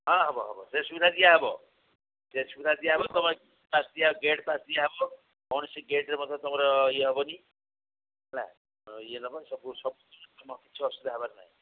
ହଁ ହେବ ହେବ ସେ ସୁବିଧା ଦିଆହେବ ସେ ସୁବିଧା ଦିଆହେବ ତୁମେ ପାସ୍ ଗେଟ୍ ପାସ୍ ଦିଆହେବ କୌଣସି ଗେଟ୍ରେ ମଧ୍ୟ ତୁମର ଇଏ ହେବନି ହେଲା ଇଏ ହେବ ତୁମ ସବୁ ସବୁ ତୁମର କିଛି ଅସୁବିଧା ହେବାର ନାହିଁ